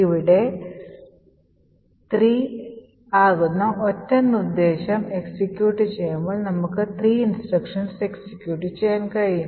ഇവിടെ 3 ആകുന്ന ഒറ്റ നിർദ്ദേശം എക്സിക്യൂട്ട് ചെയ്യുമ്പോൾ നമുക്ക് 3 നിർദ്ദേശങ്ങൾ എക്സിക്യൂട്ട് ചെയ്യാൻ കഴിയും